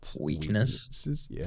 weakness